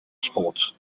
sports